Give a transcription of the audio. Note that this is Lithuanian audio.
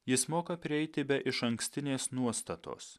jis moka prieiti be išankstinės nuostatos